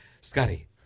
Scotty